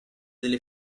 delle